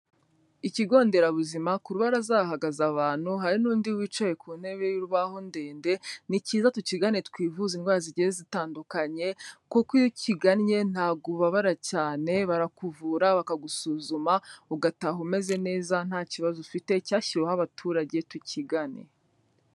Ikigo nderabuzima ku rubaraza hahagaze abantu, hari n'undi wicaye ku ntebe y'urubaho ndende, ni cyiza tukigane twivuza indwara zigiye zitandukanye kuko iyo ukiganye ntabwo ubabara cyane, barakuvura bakagusuzuma ugataha umeze neza nta kibazo ufite cyashyiweho abaturage tukigane.